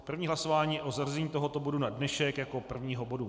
První hlasování je o zařazení tohoto bodu na dnešek jako první bod.